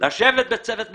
לשבת בצוות מצומצם,